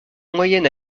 moyenne